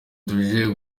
tuje